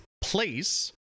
place